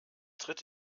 tritt